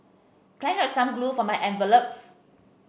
can I have some glue for my envelopes